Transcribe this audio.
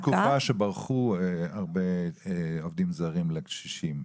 הייתה תקופה שברחו הרבה עובדים זרים לקשישים.